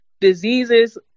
diseases